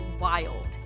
wild